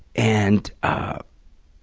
and, ah,